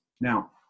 Now